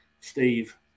steve